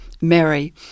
Mary